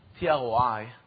TROI